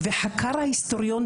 וההיסטוריון,